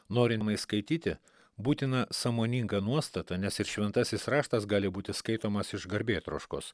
norima skaityti būtina sąmoninga nuostata nes ir šventasis raštas gali būti skaitomas iš garbėtroškos